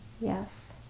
Yes